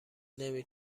نمی